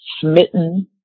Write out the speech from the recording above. smitten